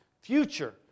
future